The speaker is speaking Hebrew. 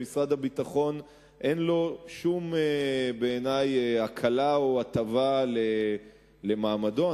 למשרד הביטחון אין בעיני שום הקלה או הטבה בזכות מעמדו.